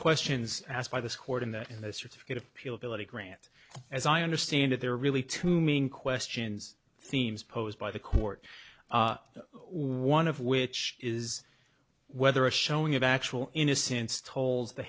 questions asked by this court in the in the certificate of appeal ability grant as i understand it there are really two main questions themes posed by the court one of which is whether a showing of actual innocence told the